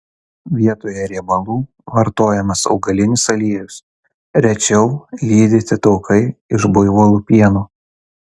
vietoje riebalų vartojamas augalinis aliejus rečiau lydyti taukai iš buivolų pieno